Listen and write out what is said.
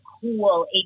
cool